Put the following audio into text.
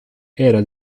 era